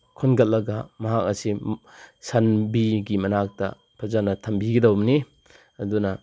ꯈꯨꯟꯒꯠꯂꯒ ꯃꯍꯥꯛ ꯑꯁꯤ ꯁꯟꯕꯤꯒꯤ ꯃꯅꯥꯛꯇ ꯐꯖꯅ ꯊꯝꯕꯤꯒꯗꯧꯕꯅꯤ ꯑꯗꯨꯅ